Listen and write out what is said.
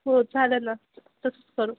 हो चालेल ना तसंच करू